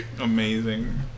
Amazing